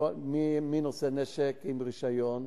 מי נושא נשק עם רשיון,